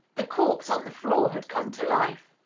the corpse on the floor had come to life.